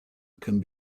can